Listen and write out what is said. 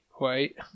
wait